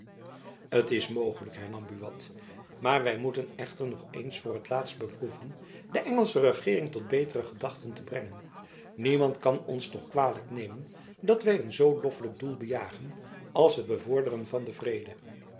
t is mogelijk hernam buat maar wy moejacob van lennep elizabeth musch ten echter nog eens voor t laatst beproeven de engelsche regeering tot betere gedachten te brengen niemand kan ons toch kwalijk nemen dat wy een zoo loffelijk doel bejagen als het bevorderen van den vrede